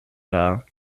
dar